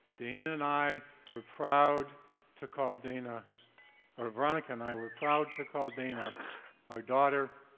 dana and i were proud to call dana or veronica and i were proud to call dana our daughter.